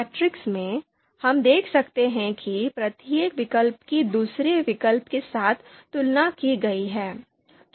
matrix में हम देख सकते हैं कि प्रत्येक विकल्प की दूसरे विकल्प के साथ तुलना की गई है